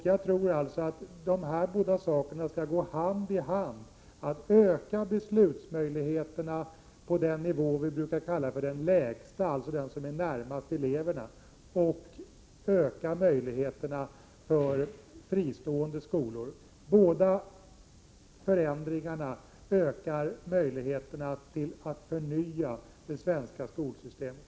Jag tror alltså att de här båda sakerna skall gå hand i hand: att öka beslutsmöjligheterna på den nivå vi brukar kalla den lägsta, alltså den som är närmast eleverna, och öka möjligheterna för fristående skolor. Båda förändringarna ökar möjligheterna till att förnya det svenska skolsystemet.